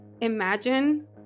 imagine